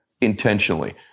intentionally